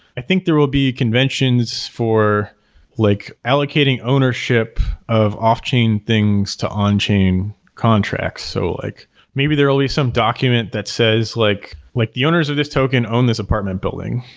i think there will be conventions for like allocating ownership of off-chain things to on-chain contracts. so like maybe there will be some document that says like like the owners of this token own this apartment building.